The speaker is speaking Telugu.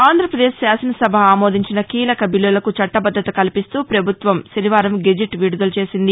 ఆంధ్రప్రదేశ్ శాసనసభ ఆమోదించిన కీలక బిల్లులకు చట్టబద్దత కల్పిస్తూ ప్రభుత్వం శనివారం గెజిట్ విదుదల చేసింది